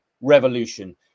revolution